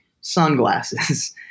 sunglasses